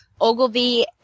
ogilvy